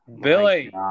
Billy